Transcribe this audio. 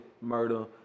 murder